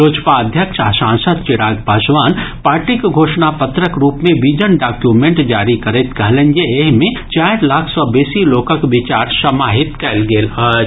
लोजपा अध्यक्ष आ सांसद चिराग पासवान पार्टीक घोषणा पत्रक रूप मे विजन डाक्यूमेंट जारी करैत कहलनि जे एहि मे चारि लाख सँ बेसी लोकक विचार समाहित कयल गेल अछि